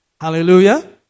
Hallelujah